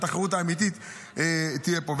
ושהתחרות האמיתית תהיה פה.